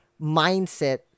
mindset